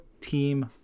team